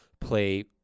play